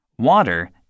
Water